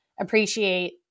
appreciate